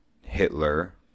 Hitler